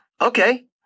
okay